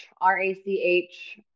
r-a-c-h